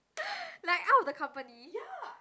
like out of the company